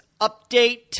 update